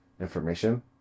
information